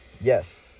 Yes